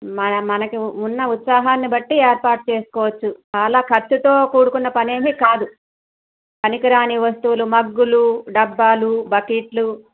మన మనకు ఉన్న ఉత్సాహాన్ని బట్టి ఏర్పాటు చేసుకోవచ్చు చాలా ఖర్చుతో కూడుకున్న పనేమీ కాదు పనికిరాని వస్తువులు మగ్గులు డబ్బాలు బకెట్లు